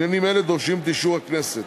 עניינים אלה דורשים את אישור הכנסת.